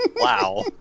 Wow